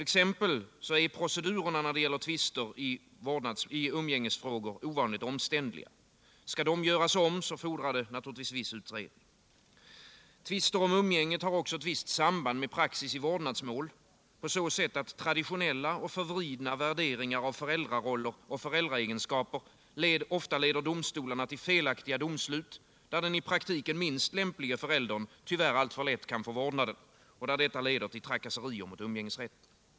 Exempelvis är procedurerna när det gäller tvister i umgängesfrågor ovanligt omständliga. Skall de göras om fordrar det naturligtvis viss utredning. Tvister om umgänget har ett visst samband med praxis i vårdnadsmål på så sätt att traditionella och förvridna värderingar av föräldraroller och föräldraegenskaper ofta leder domstolarna till felaktiga domslut, där den i praktiken minst lämplige föräldern tyvärr alltför lätt kan få vårdnaden och där detta leder till trakasserier mot umgängesrätten.